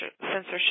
censorship